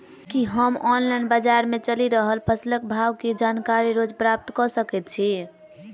की हम ऑनलाइन, बजार मे चलि रहल फसलक भाव केँ जानकारी रोज प्राप्त कऽ सकैत छी?